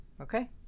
Okay